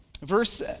Verse